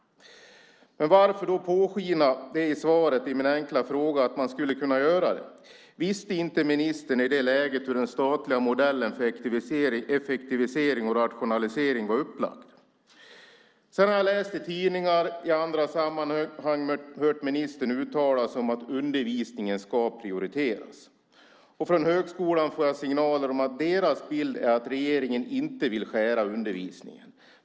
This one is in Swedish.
Men varför låter man då i svaret på min enkla fråga påskina att man skulle kunna göra det? Visste ministern inte i det läget hur den statliga modellen för effektivisering och rationalisering var upplagd? Jag har läst i tidningar och i andra sammanhang hört ministern uttala sig om att undervisningen ska prioriteras. Från högskolan får jag signaler om att deras bild är att regeringen inte vill skära i undervisningen.